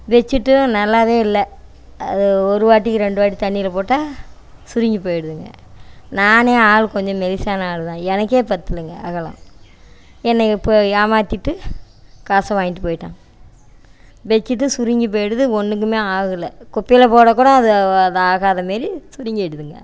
பெட்சீட்டும் நல்லா இல்லை அது ஒருவாட்டிக்கு ரெண்டு வாட்டி தண்ணியில் போட்டால் சுருங்கி போயிடுதுங்க நான் ஆள் கொஞ்சம் மெலிசான ஆள் தான் எனக்கு பத்தலைங்க அகலம் என்னைய இப்போ ஏமாத்திட்டு காசை வாங்கிட்டு போயிட்டான் பெட்சீட்டு சுருங்கி போயிடுது ஒன்றுக்குமே ஆகல குப்பையில் போடக் கூட அது ஆகாத மாதிரி சுருங்கிடுதுங்க